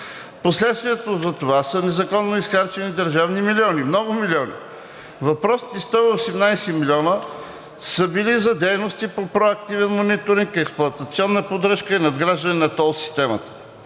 Последствията за това са незаконно изхарчени държавни милиони, много милиони. Въпросните 118 милиона са били за дейности по проактивен мониторинг, експлоатационна поддръжка и надграждане на тол системата.